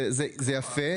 זה יפה.